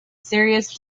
serious